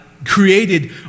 created